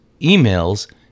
emails